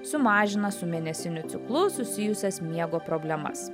sumažina su mėnesinių ciklu susijusias miego problemas